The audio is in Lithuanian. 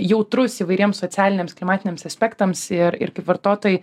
jautrus įvairiems socialiniams klimatiniams aspektams ir ir kaip vartotojai